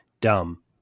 dumb